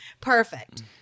perfect